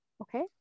okay